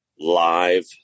live